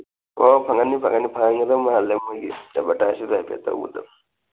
ꯑꯣ ꯐꯪꯍꯟꯅꯤ ꯐꯪꯍꯟꯅꯤ ꯐꯪꯍꯟꯒꯗꯧ ꯃꯥꯜꯂꯦ ꯃꯣꯏꯒꯤ ꯑꯦꯗꯚꯔꯇꯥꯏꯇꯨꯗ ꯍꯥꯏꯐꯦꯠ ꯇꯧꯕꯗ